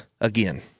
again